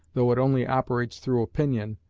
though it only operates through opinion,